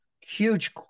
huge